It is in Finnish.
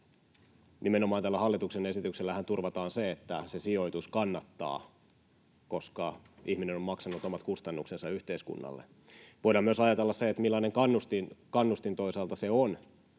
Nimenomaan tällä hallituksen esityksellähän turvataan se, että se sijoitus kannattaa, koska ihminen on maksanut omat kustannuksensa yhteiskunnalle. Voidaan myös ajatella, millainen kannustin toisaalta